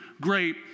great